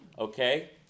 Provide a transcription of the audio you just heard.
Okay